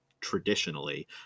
traditionally